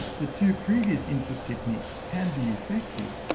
the two previous input techniques can be effective,